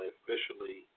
officially